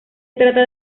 trata